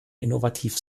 innovativ